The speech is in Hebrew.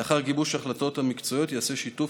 לאחר גיבוש ההחלטות המקצועיות ייעשה שיתוף